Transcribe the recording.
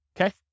Okay